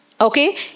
Okay